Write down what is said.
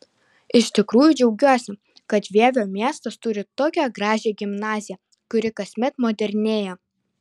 iš tikrųjų džiaugiuosi kad vievio miestas turi tokią gražią gimnaziją kuri kasmet modernėja